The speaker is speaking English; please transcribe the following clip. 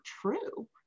true